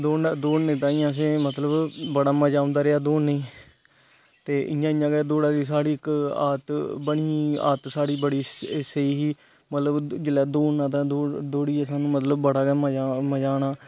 दौड़ने तांई असेंगी मतलब बड़ा मजा औंदा रेहा दौड़ने गी ते इयां इयां गै दौड़ा दी साढ़ इक आदत बनी गेई आदत साडी बडी स्हेई ही मतलब जिसले दौडना ते दौडियै सानू बडा गै मजा आ